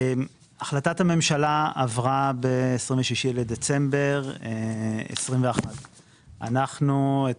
החלטת הממשלה עברה ב-26 בדצמבר 2021. את